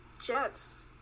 Jets